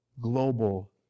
global